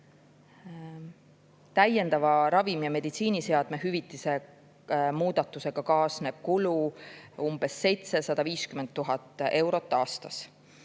Täiendava ravimi- ja meditsiiniseadmehüvitise muudatusega kaasneb kulu umbes 750 000 eurot aastas.